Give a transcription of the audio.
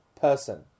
person